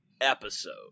episode